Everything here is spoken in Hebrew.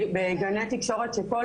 בגני תקשורת שכל